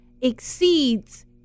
exceeds